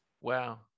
Wow